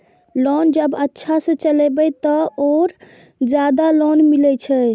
Loan जब अच्छा से चलेबे तो और ज्यादा लोन मिले छै?